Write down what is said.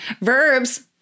Verbs